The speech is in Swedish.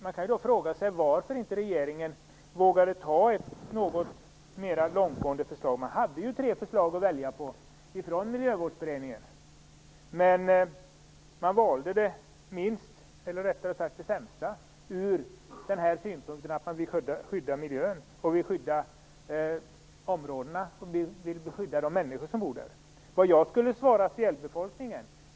Man kan då fråga sig varför inte regeringen vågade att lägga fram ett mera långtgående förslag. Det fanns tre förslag från Miljövårdsberedningen att välja på, men man valde det sämsta från miljöskyddssynpunkt. Vad jag skulle svara fjällbefolkningen?